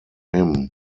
him